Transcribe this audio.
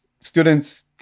students